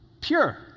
Pure